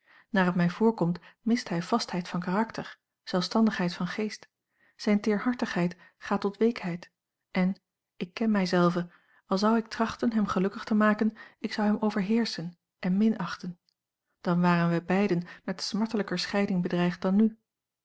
naar het mij voorkomt mist hij vastheid van karakter zelfstandigheid van geest zijne teerhartigheid gaat tot weekheid en ik ken mij zelve al zou ik trachten hem gelukkig te maken ik zou hem overheerschen en minachten dan waren wij beiden met smartelijker scheiding bedreigd dan nu